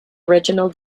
original